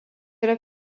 yra